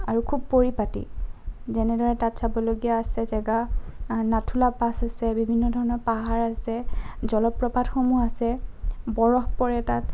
আৰু খুব পৰিপাতি যেনেদৰে তাত চাবলগীয়া আছে জেগা নাথুলা পাছ আছে বিভিন্ন ধৰণৰ পাহাৰ আছে জলপ্ৰপাতসমূহ আছে বৰফ পৰে তাত